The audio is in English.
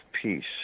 peace